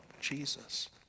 Jesus